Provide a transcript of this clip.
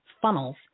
funnels